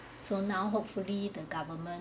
so now hopefully the government